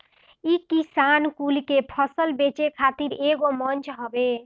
इ किसान कुल के फसल बेचे खातिर एगो मंच हवे